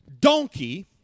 donkey